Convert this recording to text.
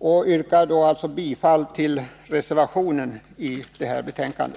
Jag yrkar alltså bifall till reservationen vid detta betänkande.